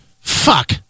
fuck